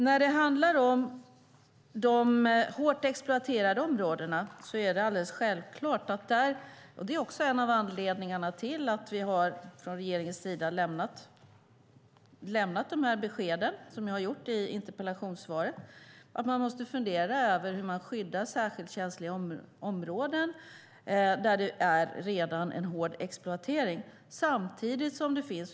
När det gäller de hårt exploaterade områden är det alldeles självklart, och det är också en av anledningarna till att regeringen har lämnat de besked som jag har lämnat i interpellationssvaret, att man måste fundera över hur man skyddar särskilt känsliga områden där det redan är hårt exploaterat.